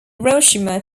hiroshima